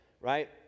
right